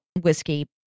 whiskey